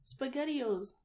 spaghettios